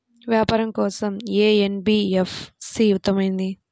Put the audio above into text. వ్యాపారం కోసం ఏ ఎన్.బీ.ఎఫ్.సి ఉత్తమమైనది?